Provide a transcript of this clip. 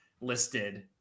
listed